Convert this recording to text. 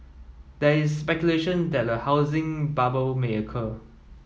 there is speculation that a housing bubble may occur